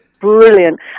brilliant